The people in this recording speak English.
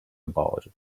about